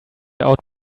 out